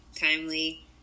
timely